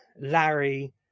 Larry